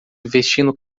vestindo